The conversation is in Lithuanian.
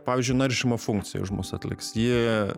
pavyzdžiui naršymo funkciją už mus atliks ji